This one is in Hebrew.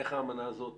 איך האמנה הזאת